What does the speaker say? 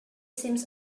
seems